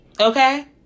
okay